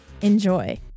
Enjoy